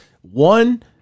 One